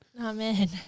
Amen